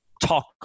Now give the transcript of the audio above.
talk